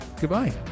Goodbye